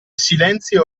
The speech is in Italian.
silenzio